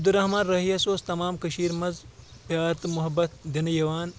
عبدالرحمٰن رٲہی یَس اوس تمام کٔشیٖر منٛز پیار تہٕ محبت دِنہٕ یِوان